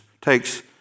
takes